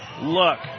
look